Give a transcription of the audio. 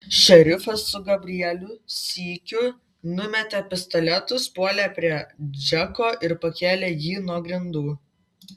šerifas su gabrielių sykiu numetė pistoletus puolė prie džeko ir pakėlė jį nuo grindų